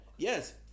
Yes